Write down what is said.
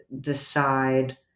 decide